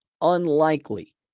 unlikely